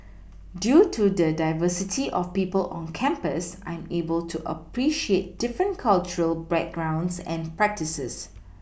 due to the diversity of people on campus I am able to appreciate different cultural backgrounds and practices